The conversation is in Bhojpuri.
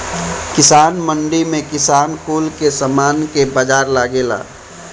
किसान मंडी में किसान कुल के समान के बाजार लगेला